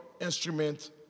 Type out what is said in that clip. instrument